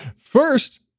First